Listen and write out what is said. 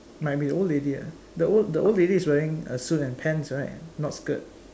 might be the old lady ah the old the old lady is wearing a suit and pants right not skirt